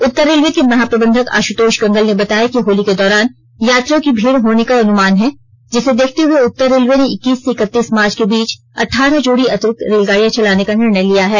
उत्तर railway के महाप्रबंधक आशुतोष गंगल ने बताया कि होली के दौरान यात्रियों की भीड़ होने का अनुमान है जिसे देखते हुए उत्तर रेलवे ने इक्कीस से इकतीस मार्च के बीच अट्ठारह जोड़ी अतिरिक्त रेलगाड़ियां चलाने का निर्णय लिया है